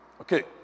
Okay